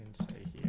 state